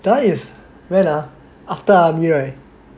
that is one is when ah after army right